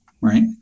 right